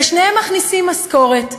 ושניהם מכניסים משכורת,